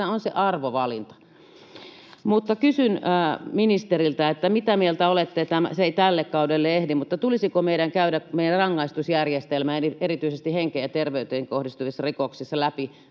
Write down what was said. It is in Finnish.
tässä on se arvovalinta. Mutta kysyn ministeriltä: Mitä mieltä olette — se ei tälle kaudelle ehdi — tulisiko meidän käydä meidän rangaistusjärjestelmä erityisesti henkeen ja terveyteen kohdistuvissa rikoksissa läpi?